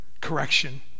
correction